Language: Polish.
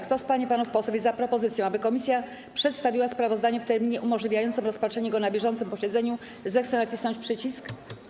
Kto z pań i panów posłów jest za propozycją, aby komisja przedstawiła sprawozdanie w terminie umożliwiającym rozpatrzenie go na bieżącym posiedzeniu, zechce nacisnąć przycisk.